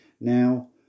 Now